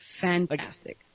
Fantastic